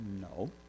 No